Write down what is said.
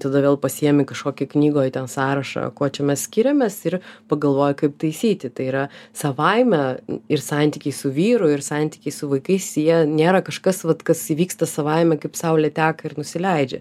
tada vėl pasiėmi kažkokį knygoj ten sąrašą kuo čia mes skiriamės ir pagalvoji kaip taisyti tai yra savaime ir santykiai su vyru ir santykiai su vaikais jie nėra kažkas vat kas įvyksta savaime kaip saulė teka ir nusileidžia